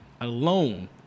alone